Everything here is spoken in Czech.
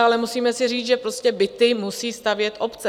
Ale musíme si říct, že byty musí stavět obce.